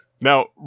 Now